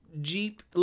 Jeep